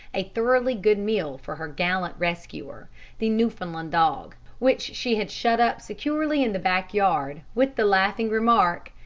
a thoroughly good meal for her gallant rescuer the newfoundland dog, which she had shut up securely in the back yard, with the laughing remark,